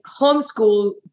homeschool